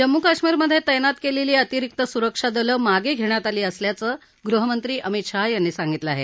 जम्मू कश्मीरमधे तैनात केलेली अतिरिक्त सुरक्षा दलं मागे धेण्यात आली असल्याचं गृहमंत्री अमित शाह यांनी सांगितलं आहे